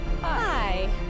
Hi